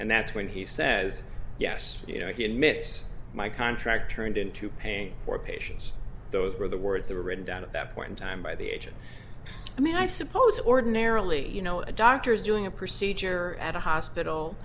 and that's when he says yes you know he admits my contract turned into pain for patients those are the words that are written down at that point in time by the agent i mean i suppose ordinarily you know a doctor is doing a procedure at a hospital